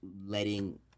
letting